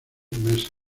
meses